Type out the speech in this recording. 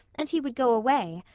and he would go away,